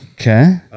Okay